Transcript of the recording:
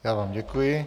Já vám děkuji.